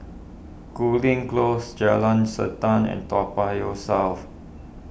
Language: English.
Cooling Close Jalan Siantan and Toa Payoh South